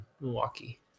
Milwaukee